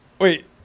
Wait